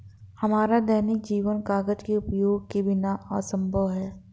हमारा दैनिक जीवन कागज के उपयोग के बिना असंभव है